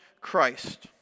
Christ